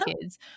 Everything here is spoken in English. kids